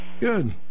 Good